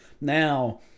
Now